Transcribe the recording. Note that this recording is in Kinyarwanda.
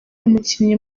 umukinnyi